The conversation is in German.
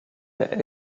der